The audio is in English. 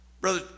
brother